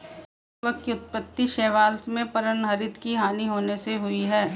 कवक की उत्पत्ति शैवाल में पर्णहरित की हानि होने से हुई है